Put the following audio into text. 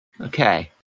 Okay